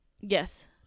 Yes